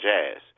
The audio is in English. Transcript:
Jazz